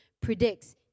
predicts